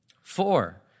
Four